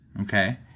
Okay